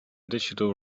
digital